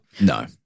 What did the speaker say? no